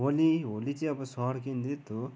होली होली चाहिँ अब सहर केन्द्रित हो